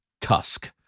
Tusk